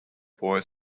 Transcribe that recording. boy